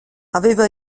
aveva